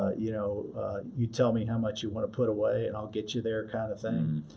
you know you tell me how much you want to put away, and i'll get you there kind of thing.